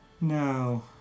No